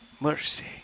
Mercy